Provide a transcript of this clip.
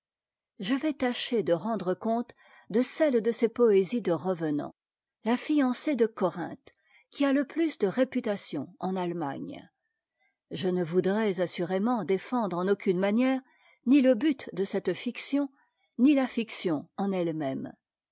je vais tâcher de rendre compte de cette denses poésies de revenants ta fmmeëe cort a qui a le pius de réputation en aitemagne je ne voudrais assurément défendre en aucune manière mrte but de'cette fiction ni a notion en ette même